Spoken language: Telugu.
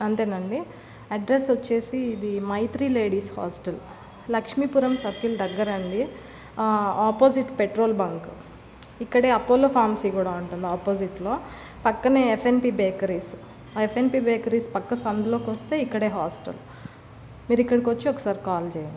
అంతేనండి అడ్రస్ వచ్చేసి ఇది Maitri ladies hostel Lakshmipuram దగ్గరండి ఆపోజిట్ పెట్రోల్ బంక్ ఇక్కడ అప్పొలో ఫార్మసీ కూడా ఉంటుంది ఆపోజిట్లో పక్కనే ఎఫ్ఎన్టీ బెకరీస్ ఆ ఎఫ్ఎన్టీ బెకరీస్ పక్క సందులోకి కొస్తే ఇక్కడే హాస్టల్ మీరు ఇక్కడికొచ్చి ఒకసారి కాల్ చేయండి